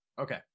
Okay